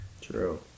True